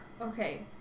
Okay